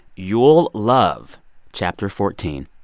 you'll love chapter fourteen.